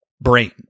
brain